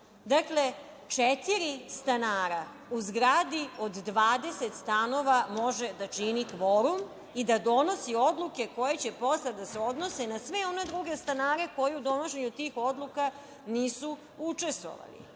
dakle, četiri stanara u zgradi od 20 stanova može da čini kvorum i da donosi odluke koje će posle da se odnose na sve one druge stanare koji u donošenju tih odluka nisu učestvovali.